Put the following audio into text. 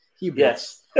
Yes